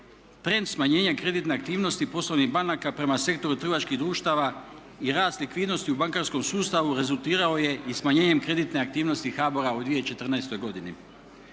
Trend smanjenja kreditne aktivnosti poslovnih banaka prema sektoru trgovačkih društava i rast likvidnosti u bankarskom sustavu rezultirao je i smanjenjem kreditne aktivnosti HBOR-a u 2014. godini.